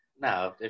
No